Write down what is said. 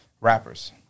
rappers